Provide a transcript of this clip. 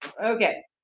Okay